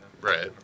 Right